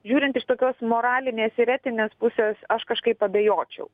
žiūrint iš tokios moralinės ir etinės pusės aš kažkaip abejočiau